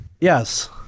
Yes